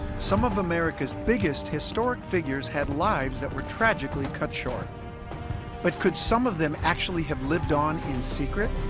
some of america's biggest historic figures had lives that were tragically cut short but could some of them actually have lived on in secret